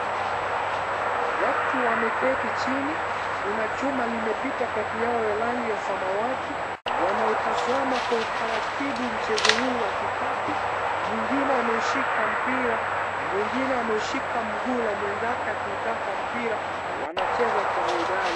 Watu wameketi chini, kuna chuma limepita kati yao ya rangi wa samawati wanautazama kwa utaratibu mchezo huu wa kikapu, mwingine ameushika mpira, mwingine ameushika mguu la mwenzake akiutaka mpira, wanacheza kwa hodari.